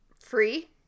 Free